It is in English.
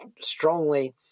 strongly